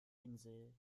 insel